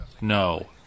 No